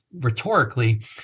rhetorically